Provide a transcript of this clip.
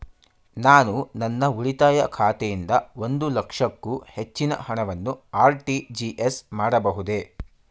ನಾನು ನನ್ನ ಉಳಿತಾಯ ಖಾತೆಯಿಂದ ಒಂದು ಲಕ್ಷಕ್ಕೂ ಹೆಚ್ಚಿನ ಹಣವನ್ನು ಆರ್.ಟಿ.ಜಿ.ಎಸ್ ಮಾಡಬಹುದೇ?